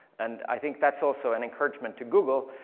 and i think that's also an encouragement to google.